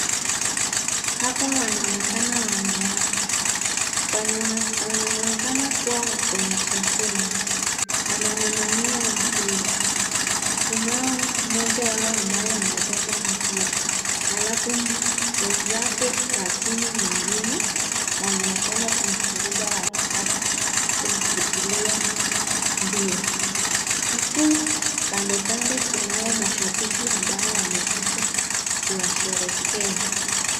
Hapa wanaonekana wanawake wanaonekana kuwa wako mchezoni wanang'ang'ania mpira kunao mmoja wao amebeba mpira alafu mwezake wa timu ingine wanaonekana kumvuruga wakitaka kumchukulia mpira. Huku kando kando kunao mashabiki ambao wamekuja kuwasherehekea.